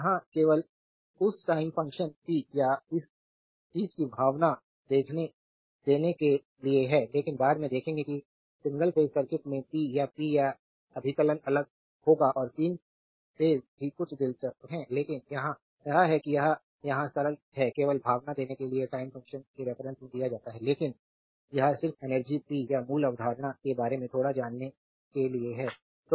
यहाँ केवल उस टाइम फ़ंक्शन पी या इस चीज़ की भावना देने के लिए है लेकिन बाद में देखेंगे कि सिंगल फेज सर्किट में पी या पी या अभिकलन अलग होगा और 3 फेज भी कुछ दिलचस्प है लेकिन यहां यह है कि यह यहां सरल है केवल भावना देने के लिए टाइम फंक्शन के रेफरेन्स में दिया जाता है लेकिन यह सिर्फ एनर्जी पी या मूल अवधारणा के बारे में थोड़ा जानने के लिए है